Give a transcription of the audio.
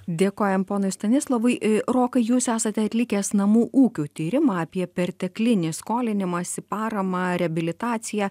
dėkojam ponui stanislovui rokai jūs esate atlikęs namų ūkių tyrimą apie perteklinį skolinimąsi paramą reabilitaciją